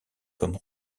comme